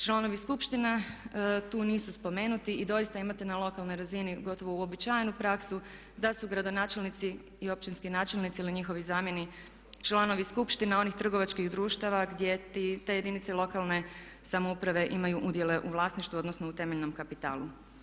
Članovi skupštine tu nisu spomenuti i doista imate na lokalnoj razini gotovo uobičajenu praksu da su gradonačelnici i općinski načelnici ili njihovi zamjenici članovi skupština onih trgovačkih društava gdje te jedinice lokalne samouprave imaju udjele u vlasništvu odnosno u temeljnom kapitalu.